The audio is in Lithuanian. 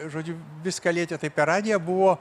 žodžiu viską lietė tai per radiją buvo